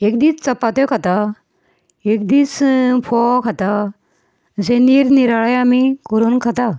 एक दीस चपात्यो खाता एक दीस फोव खाता अशे निरनिराळे आमी करून खाता